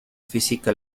física